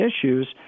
issues